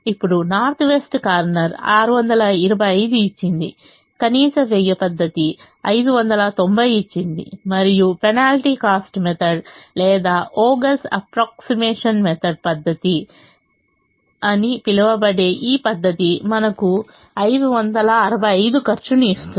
ఇప్పుడు north west corner 625 ఇచ్చింది కనీస వ్యయ పద్ధతి 590 ఇచ్చింది మరియు పెనాల్టీ కాస్ట్ మెథడ్ లేదా వోగెల్Vogels' అప్ప్రోక్సిమేషన్ మెథడ్ పద్ధతి అని పిలువబడే ఈ పద్ధతి మనకు 565 ఖర్చును ఇస్తుంది